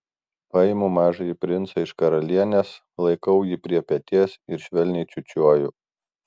paimu mažąjį princą iš karalienės laikau jį prie peties ir švelniai čiūčiuoju